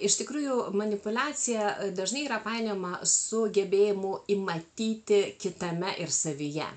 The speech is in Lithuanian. iš tikrųjų manipuliacija dažnai yra painiojama su gebėjimu įmatyti kitame ir savyje